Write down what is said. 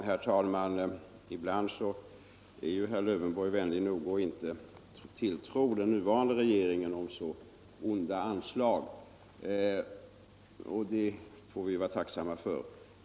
Herr talman! Ibland är herr Lövenborg vänlig nog att inte tro den nuvarande regeringen om så onda anslag, och det får vi vara tacksamma för.